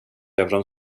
över